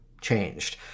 changed